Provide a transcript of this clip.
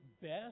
best